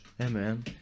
Amen